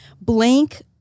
blank